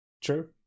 True